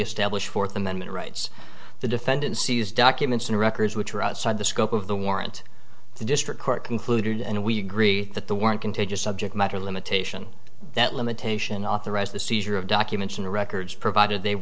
established fourth amendment rights the defendant sees documents and records which are outside the scope of the warrant the district court concluded and we agree that the warrant contagious subject matter limitation that limitation authorized the seizure of documents and records provided they